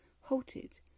halted